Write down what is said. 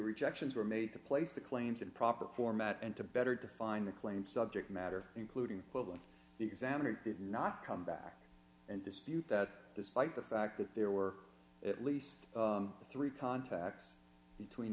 rejections were made to place the claims in proper format and to better define the claim subject matter including equivalent the examiner did not come back and dispute that despite the fact that there were at least three contacts between